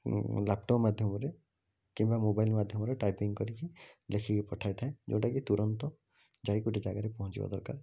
ମୁଁ ଲାପଟପ ମାଧ୍ୟମରେ କିମ୍ବା ମୋବାଇଲ ମାଧ୍ୟମରେ ଟାଇପିଙ୍ଗ କରିକି ଲେଖିକି ପଠାଇଥାଏ ଯେଉଁଟା କି ତୁରନ୍ତ ଯାଇକି ଗୋଟେ ଜାଗାରେ ପହଞ୍ଚିବା ଦରକାର